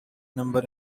number